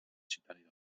supérieur